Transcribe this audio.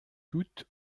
toutes